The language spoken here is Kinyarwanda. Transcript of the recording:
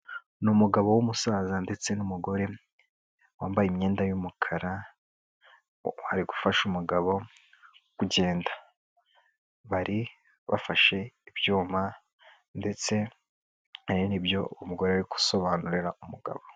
Ni umugabo w'umusaza ndetse n'umugore wambaye imyenda y'umukara, ari gufasha umugabo kugenda, bari bafashe ibyuma ndetse hari n'ibyo umugore ari gusobanurira umugabo.